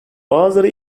bazıları